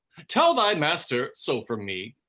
tell thy master so from me,